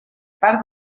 part